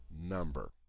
number